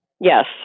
Yes